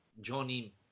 Johnny